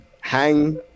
Hang